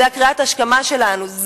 זו קריאת ההשכמה שלנו,